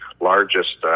largest